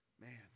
Man